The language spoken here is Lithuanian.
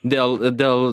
dėl dėl